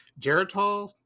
Geritol